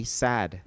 sad